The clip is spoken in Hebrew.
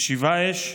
משיבה אש,